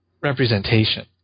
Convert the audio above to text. representation